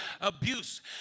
abuse